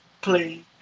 play